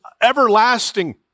everlasting